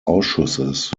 ausschusses